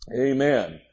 amen